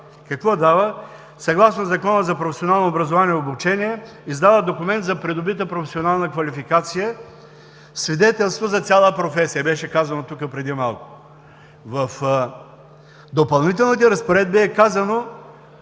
и обучение, съгласно Закона за професионално образование и обучение, издава документ за придобита професионална квалификация – свидетелство за цяла професия. Беше казано тук преди малко. В Допълнителните разпоредби е казано,